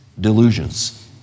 delusions